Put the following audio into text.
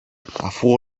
αφού